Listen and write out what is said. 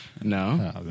No